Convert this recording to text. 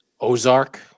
Ozark